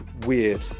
weird